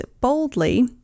boldly